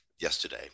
yesterday